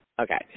Okay